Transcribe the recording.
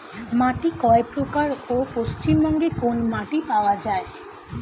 মাটি কয় প্রকার ও পশ্চিমবঙ্গ কোন মাটি পাওয়া য়ায়?